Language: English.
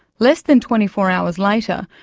less than twenty four hours later,